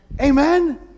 Amen